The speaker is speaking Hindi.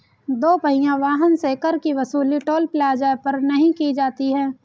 दो पहिया वाहन से कर की वसूली टोल प्लाजा पर नही की जाती है